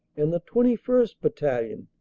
and the twentieth. battalion,